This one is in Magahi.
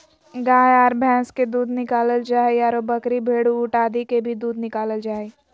गाय आर भैंस के दूध निकालल जा हई, आरो बकरी, भेड़, ऊंट आदि के भी दूध निकालल जा हई